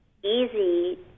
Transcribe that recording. easy